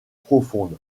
profonde